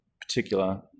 particular